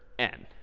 n